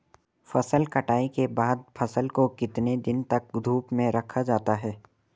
फसल कटाई के बाद फ़सल को कितने दिन तक धूप में रखा जाता है?